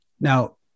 Now